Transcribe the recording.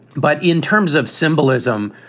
but in terms of symbolism,